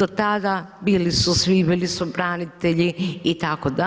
Do tada bili su svi, bili su branitelji itd.